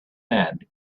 men